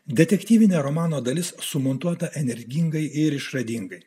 detektyvinio romano dalis sumontuota energingai ir išradingai